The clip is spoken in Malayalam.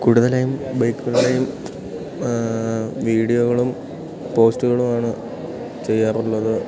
കൂടുതലായും ബൈക്കുകളുടെയും വീഡിയോകളും പോസ്റ്റുകളുമാണ് ചെയ്യാറുള്ളത്